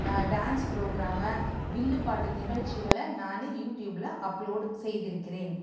dance புரோகிராமை வில்லு பாட்டு நிகழ்ச்சிகளை நான் யூடியூபில் அப்லோடு செய்திருக்கிறேன்